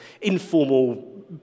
informal